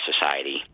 society